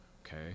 Okay